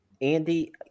Andy